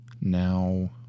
Now